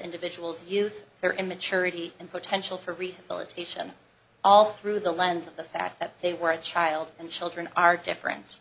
individual's youth their immaturity and potential for rehabilitation all through the lens of the fact that they were a child and children are different